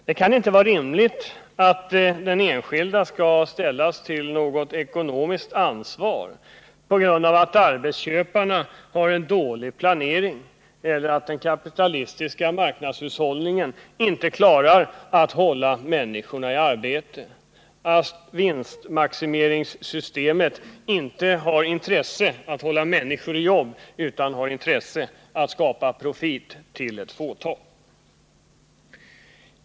Det kan inte vara rimligt att den enskilde arbetstagaren ekonomiskt skall ställas till ansvar för att arbetsköparna har dålig planering, för att den kapitalistiska marknadshushållningen inte klarar av att hålla människorna i arbete eller för att vinstmaximeringssystemet inte har intresse av att hålla människor i jobb utan har intresse av att skapa profit till ett fåtal.